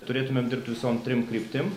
turėtumėm dirbti visom trim kryptim